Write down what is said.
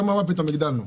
אתה אומר מה פתאום, הגדלנו.